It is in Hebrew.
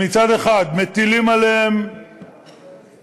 שמצד אחד מטילים עליהם